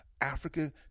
Africa